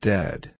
Dead